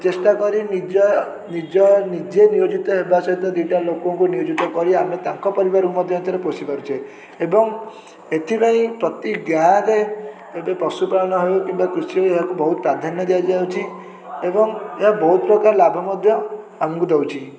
ଚେଷ୍ଟା କରି ନିଜ ନିଜ ନିଜେ ନିୟୋଜିତ ହେବା ସହିତ ଦୁଇଟା ଲୋକକୁ ନିୟୋଜିତ କରି ଆମେ ତାଙ୍କ ପରିବାରକୁ ମଧ୍ୟ ଏଥିରେ ପୋଷି ପାରୁଛେ ଏବଂ ଏଥିପାଇଁ ପ୍ରତି ଗାଁରେ ଗୋଟେ ପଶୁପାଳନ ହେଉ କିମ୍ବା କୃଷି ଏହାକୁ ବହୁତ ପ୍ରାଧାନ୍ୟ ଦିଆଯାଉଛି ଏବଂ ଏହା ବହୁତ ପ୍ରକାର ଲାଭ ମଧ୍ୟ ଆମକୁ ଦେଉଛି